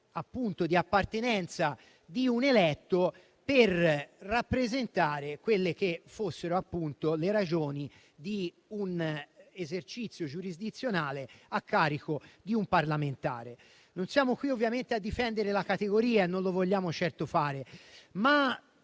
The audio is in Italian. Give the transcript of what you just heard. l'organo di appartenenza dell'eletto per rappresentare le ragioni di un esercizio giurisdizionale a carico di un parlamentare. Non siamo qui, ovviamente, a difendere la categoria, non lo vogliamo certo fare, ma